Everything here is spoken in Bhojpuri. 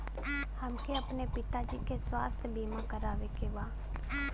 हमके अपने पिता जी के स्वास्थ्य बीमा करवावे के बा?